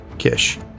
Kish